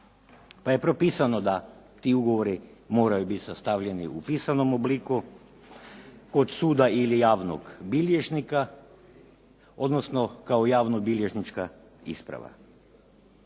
pa je propisano da ti ugovori moraju biti sastavljeni u pisanom obliku kod suda ili javnog bilježnika odnosno kao javno bilježnička isprava.